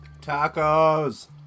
Tacos